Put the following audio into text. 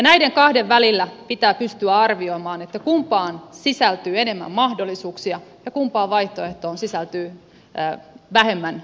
näiden kahden välillä pitää pystyä arvioimaan kumpaan sisältyy enemmän mahdollisuuksia ja kumpaan vaihtoehtoon sisältyy vähemmän riskejä